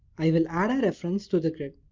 i will add a reference to the grid.